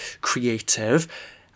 creative